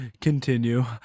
Continue